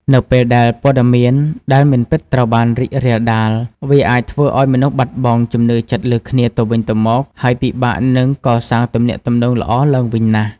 នៅពេលដែលព័ត៌មានដែលមិនពិតត្រូវបានរីករាលដាល វាអាចធ្វើឱ្យមនុស្សបាត់បង់ជំនឿចិត្តលើគ្នាទៅវិញទៅមក ហើយពិបាកនឹងកសាងទំនាក់ទំនងល្អឡើងវិញណាស់។